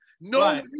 No